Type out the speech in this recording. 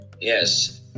Yes